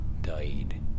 died